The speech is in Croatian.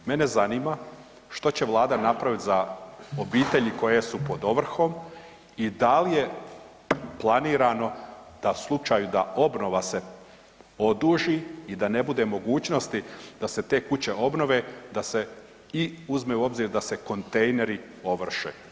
Mene zanima što će Vlada napravit za obitelji koje su pod ovrhom i da li je planirano u slučaju da obnova se oduži i da ne bude mogućnosti da se te kuće obnove, da se i uzme u obzir da se kontejneri ovrše?